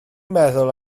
meddwl